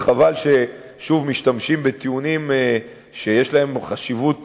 וחבל ששוב משתמשים בטיעונים שיש להם חשיבות